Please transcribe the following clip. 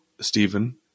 Stephen